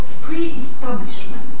pre-establishment